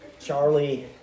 Charlie